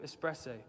Espresso